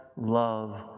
love